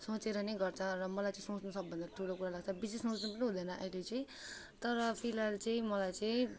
सोचेर नै गर्छ र मलाई त्यसमा चाहिँ सबभन्दा ठुलो कुरा लाग्छ विशेष मौसम पनि हुँदैन अहिले चाहिँ तर फिलहाल चाहिँ मलाई चाहिँ